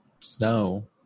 snow